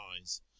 eyes